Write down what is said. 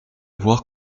voir